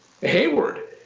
Hayward